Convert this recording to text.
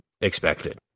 expected